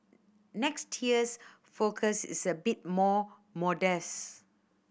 next year's forecast is a bit more modest